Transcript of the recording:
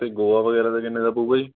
ਅਤੇ ਗੋਆ ਵਗੈਰਾ ਦਾ ਕਿੰਨੇ ਦਾ ਪਊਗਾ ਜੀ